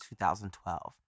2012